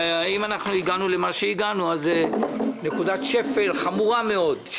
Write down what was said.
ואם הגענו אל מה שהגענו אז זה נקודת שפל חמורה מאוד.